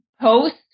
post